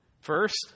First